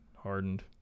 hardened